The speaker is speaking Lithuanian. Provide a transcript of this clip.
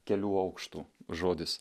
kelių aukštų žodis